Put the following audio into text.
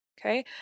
Okay